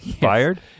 Fired